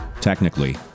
technically